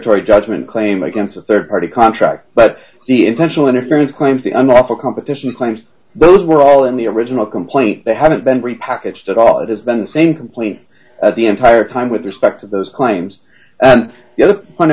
a judgment claim against a rd party contract but the intentional interference claim to an opera competition claims those were all in the original complaint they hadn't been repackaged at all it has been the same complaint the entire time with respect to those claims and the other one i